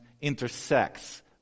intersects